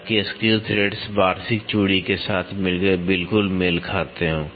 ताकि screw threads वार्षिक चूड़ी के साथ बिल्कुल मेल खाते हों